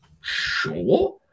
Sure